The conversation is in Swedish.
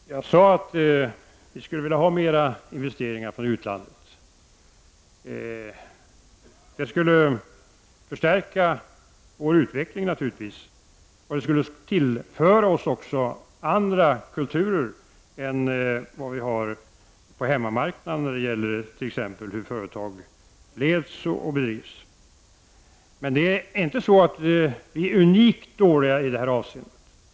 Herr talman! Jag sade att vi skulle vilja ha mera investeringar från utlandet. Det skulle naturligtvis stärka vår utveckling och också tillföra oss andra kulturer än vad vi har på hemmamarknaden när det gäller t.ex. hur företag leds och drivs. Men vi är inte unikt dåliga i det här avseendet.